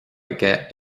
aige